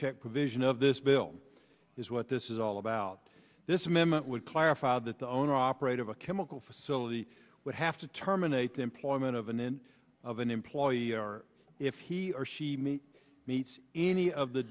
check provision of this bill is what this is all about this amendment would clarify that the owner operator of a chemical facility would have to terminate the employment of an end of an employee if he or she meets any of the